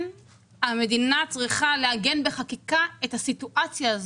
המדינה צריכה לעגן בחקיקה את הסיטואציה הזו.